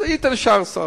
אז היית נשאר שר,